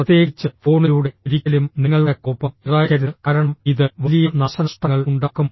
പ്രത്യേകിച്ച് ഫോണിലൂടെ ഒരിക്കലും നിങ്ങളുടെ കോപം ഇറ യ്ക്കരുത് കാരണം ഇത് വലിയ നാശനഷ്ടങ്ങൾ ഉണ്ടാക്കും